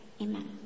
Amen